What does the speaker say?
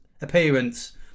appearance